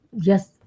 Yes